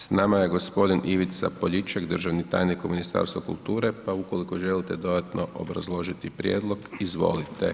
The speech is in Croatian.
S nama je g. Ivica Poljičak, državni tajnik u Ministarstvu kulture pa ukoliko želite dodatno obrazložiti prijedlog, izvolite.